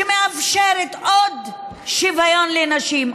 שמאפשרת עוד שוויון נשים,